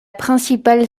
principale